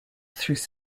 through